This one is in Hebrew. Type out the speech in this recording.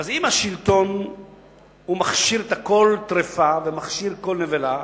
אם השלטון מכשיר כל טרפה ומכשיר כל נבלה,